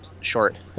short